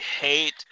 hate